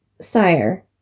Sire